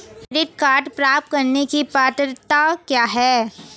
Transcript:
Credit card प्राप्त करने की पात्रता क्या है?